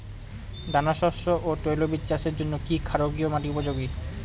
দানাশস্য ও তৈলবীজ চাষের জন্য কি ক্ষারকীয় মাটি উপযোগী?